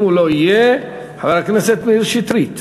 אם הוא לא יהיה, חבר הכנסת מאיר שטרית.